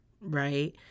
right